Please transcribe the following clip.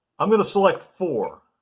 i'm gonna select four.